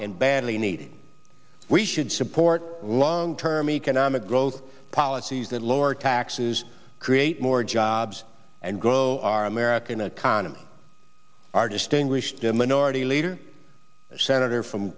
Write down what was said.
and badly needed we should support long term economic growth polish that lower taxes create more jobs and grow our american economy our distinguished the minority leader senator from